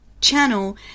channel